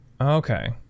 Okay